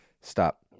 Stop